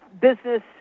Business